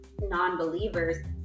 non-believers